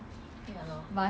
too lazy ah